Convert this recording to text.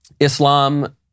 Islam